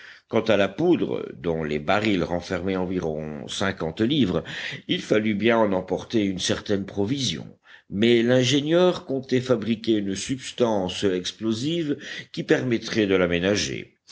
quant à la poudre dont les barils renfermaient environ cinquante livres il fallut bien en emporter une certaine provision mais l'ingénieur comptait fabriquer une substance explosive qui permettrait de